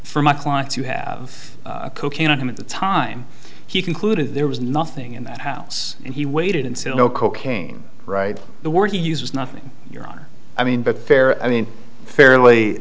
for my clients you have a cocaine on him at the time he concluded there was nothing in that house and he waited until no cocaine write the word he uses nothing your honor i mean but fair i mean fairly